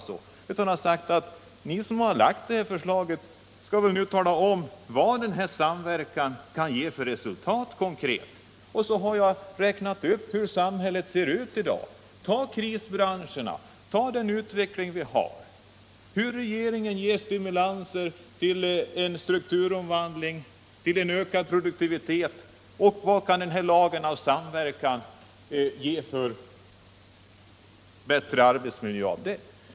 Ni som har framlagt det här förslaget får nu tala om vilka konkreta resultat en sådan samverkan kan ge. Jag har då visat på hur det svenska samhället ser ut i dag. Ta krisbranscherna, ta den utveckling vi har där regeringen ger stimulanser för strukturomvandling och ökad produktivitet! Vad kan lagen om samverkan ge i fråga om bättre arbetsmiljö?